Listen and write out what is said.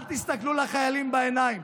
אל תסתכלו לחיילים בעיניים.